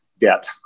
debt